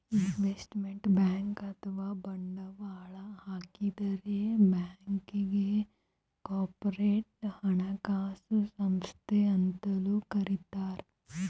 investment bank ಅಥವಾ ಬಂಡವಾಳ್ ಹೂಡಿಕೆ ಬ್ಯಾಂಕ್ಗ್ ಕಾರ್ಪೊರೇಟ್ ಹಣಕಾಸು ಸಂಸ್ಥಾ ಅಂತನೂ ಕರಿತಾರ್